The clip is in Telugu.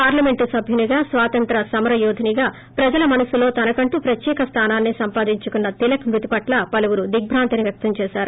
పార్లమెంటు సభ్యుడిగా స్వాతంత్ర సమర యోధుడిగా ప్రజల మనస్సులో తనకంటూ ప్రత్యేక స్టానాన్ని సంపాదించుకున్న తిలక్ మృతిపట్ల పలువురు దిగ్బాంతిని వ్యక్తం చేసారు